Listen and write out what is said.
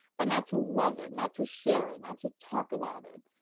but not to love it, not to share it, not to talk about it.